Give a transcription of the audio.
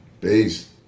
Peace